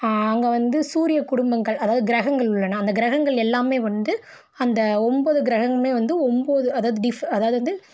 அங்கே வந்து சூரியக் குடும்பங்கள் அதாவது கிரகங்கள் உள்ளன அந்த கிரகங்கள் எல்லாமே வந்து அந்த ஒம்போது கிரகங்ளுமே வந்து ஒம்போது அதாவது அதாவது வந்து